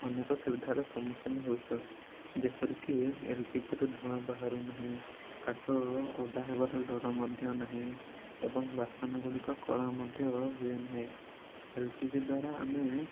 ଅନେକ ସୁବିଧାର ସମ୍ମୁଖୀନ ହେଉଛୁ ଯେପରିକି ଏଲ୍ପିଜିରୁ ଧୂଆଁ ବାହାରୁ ନାହିଁ କାଠ ଓଦା ହେବାର ଡର ମଧ୍ୟ ନାହିଁ ଏବଂ ବାସନଗୁଡ଼ିକ କଳା ମଧ୍ୟ ହୁଏନାହିଁ ଏଲ୍ ପି ଜି ଦ୍ୱାରା ଆମେ